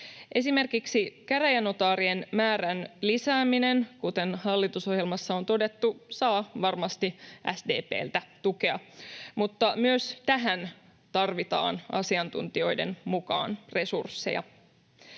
Esimerkiksi käräjänotaarien määrän lisääminen, kuten hallitusohjelmassa on todettu, saa varmasti SDP:ltä tukea, mutta myös tähän tarvitaan asiantuntijoiden mukaan resursseja.